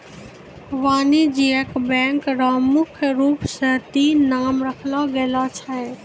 वाणिज्यिक बैंक र मुख्य रूप स तीन नाम राखलो गेलो छै